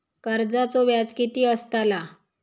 कर्जाचो व्याज कीती असताला?